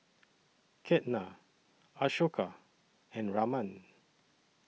Ketna Ashoka and Raman